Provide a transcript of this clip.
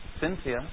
Cynthia